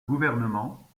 gouvernement